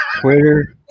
Twitter